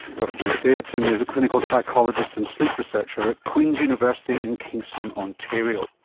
dr judith davidson is a clinical psychologist and sleep researcher at queen's university in kingston, ontario